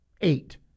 eight